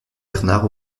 bernard